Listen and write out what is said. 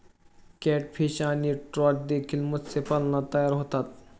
catfish आणि trout देखील मत्स्यपालनात तयार होतात